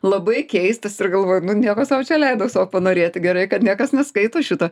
labai keistas ir galvoji nu nieko sau čia leidau savo panorėti gerai kad niekas neskaito šito